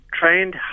trained